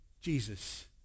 Jesus